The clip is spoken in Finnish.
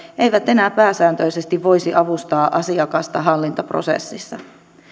eivät enää pääsääntöisesti voisi avustaa asiakasta hallintoprosessissa